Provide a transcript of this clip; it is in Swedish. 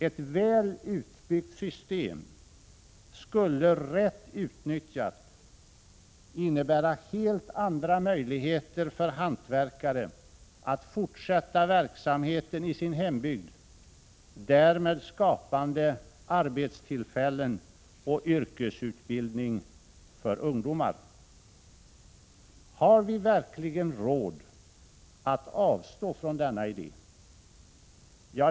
Ett väl utbyggt system skulle, rätt utnyttjat, innebära helt andra möjligheter för hantverkare att fortsätta verksamheten i sin hembygd, därmed skapande arbetstillfällen och yrkesutbildning för ungdomar. Har vi verkligen råd att avstå från denna idé?